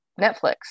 Netflix